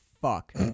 fuck